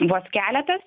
vos keletas